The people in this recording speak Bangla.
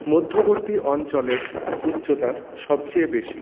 মধ্যবর্তী অঞ্চলের উচ্চতা সবচেয়ে বেশি